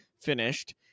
finished